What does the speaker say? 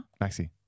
Maxi